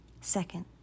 Second